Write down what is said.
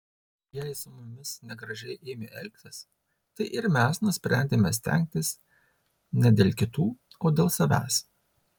jei su mumis negražiai ėmė elgtis tai ir mes nusprendėme stengtis ne dėl kitų o dėl savęs